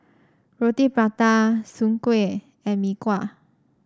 Roti Prata Soon Kueh and Mee Kuah